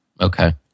Okay